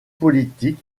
politique